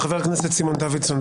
חבר הכנסת סימון דוידסון,